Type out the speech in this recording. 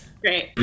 great